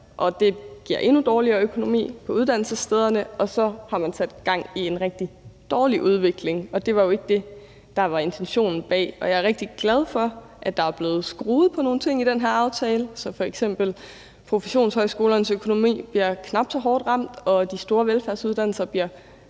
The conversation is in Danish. det giver en endnu dårligere økonomi på uddannelsesstederne, og så har man sat gang i en rigtig dårlig udvikling, og det var jo ikke det, der var intentionen bag det, og jeg er rigtig glad for, at der er blevet skruet på nogle ting i den her aftale, så f.eks. professionshøjskolernes og de store velfærdsuddannelsers